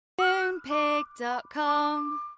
Moonpig.com